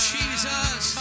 Jesus